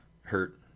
hurt